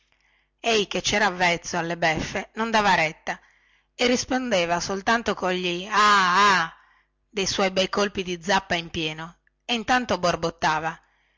ei che cera avvezzo alle beffe non dava retta e rispondeva soltanto cogli ah ah dei suoi bei colpi di zappa in pieno e intanto borbottava